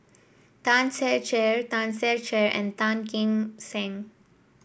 Tan Ser Cher Tan Ser Cher and Tan Kim Seng